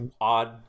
odd